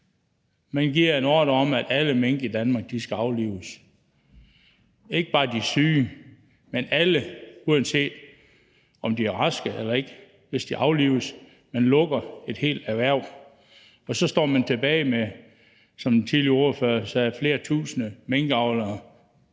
Man giver en ordre om, at alle mink i Danmark skal aflives – ikke bare de syge, men alle. Uanset om de er raske eller ikke, skal de aflives. Man lukker et helt erhverv, og så står man tilbage med, som den tidligere ordfører sagde, flere tusinde minkavlere,